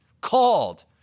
called